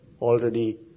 already